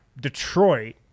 Detroit